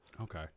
Okay